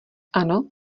ano